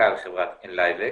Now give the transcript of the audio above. חברת אנלייבקס,